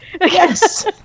Yes